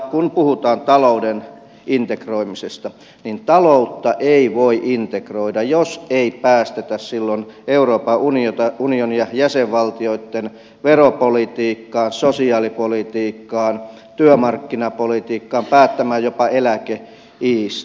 kun puhutaan talouden integroimisesta niin taloutta ei voi integroida jos ei päästetä silloin euroopan unionia jäsenvaltioitten veropolitiikkaan sosiaalipolitiikkaan työmarkkinapolitiikkaan päättämään jopa eläkeiistä